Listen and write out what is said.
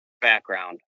background